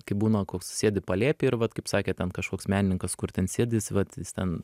kai būna koks sėdi palėpėj ir vat kaip sakėt ten kažkoks menininkas kur ten sėdi jis vat ten